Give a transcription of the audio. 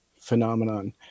Phenomenon